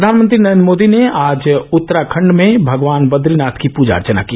प्रधानमंत्री नरेन्द्र मोदी ने आज उत्तराखंड में भगवान बद्रीनाथ की पूजा अर्चना की